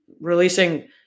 releasing